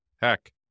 heck